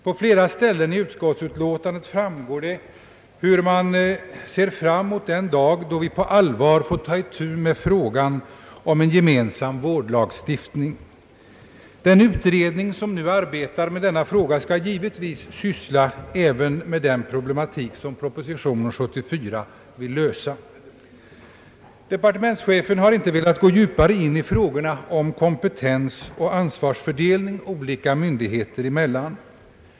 På flera ställen i utskottsutlåtandet markeras det att man ser fram mot den dag då vi på allvar får ta itu med frågan om en gemensam vårdlagstiftning. Den utredning som nu arbetar med denna fråga skall givetvis syssla även med den problematik som proposition 44 vill lösa. Departementschefen har inte velat gå djupare in i frågorna om kompetens och ansvarsfördelning olika myndigheter emellan.